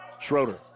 Schroeder